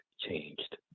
changed